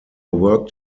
worked